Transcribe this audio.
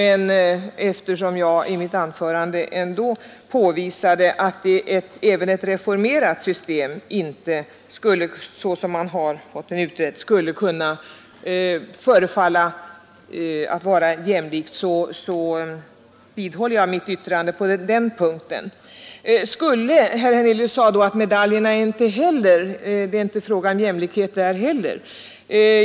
Eftersom jag i mitt anförande ändå påvisade att även ett reformerat system — såsom man har fått frågan härom utredd — inte föreföll bli förenligt med jämlikhetsprincipen så vidhåller jag mitt yttrande på den punkten. Herr Hernelius sade då att det är inte fråga om jämlikhet när det gäller medaljerna heller.